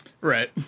Right